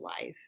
life